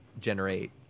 generate